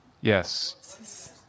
Yes